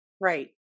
right